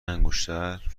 انگشتر